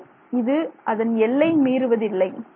அதனால் இது அதன் எல்லை மீறி நகர்வதில்லை